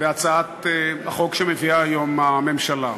בהצעת החוק שמביאה היום הממשלה.